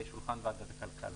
לשולחן ועדת הכלכלה.